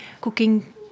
cooking